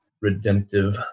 redemptive